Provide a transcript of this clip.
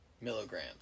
milligrams